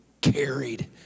carried